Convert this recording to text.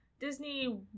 Disney